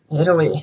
Italy